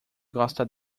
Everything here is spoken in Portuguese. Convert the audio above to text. gosta